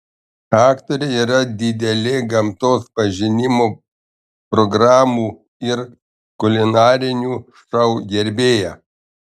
aktorė yra didelė gamtos pažinimo programų ir kulinarinių šou gerbėja